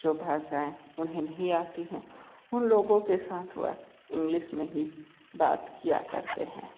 जो भाषाएं उन्हें नहीं आती हैं उन लोगों के साथ वह इंग्लिश में ही बात किया करते हैं